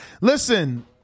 Listen